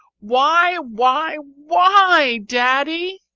why, why, why, daddy?